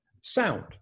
sound